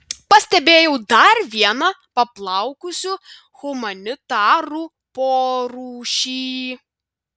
pastebėjau dar vieną paplaukusių humanitarų porūšį